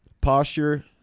posture